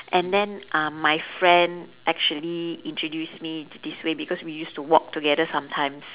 and then uh my friend actually introduced me to this way because we used to walk together sometimes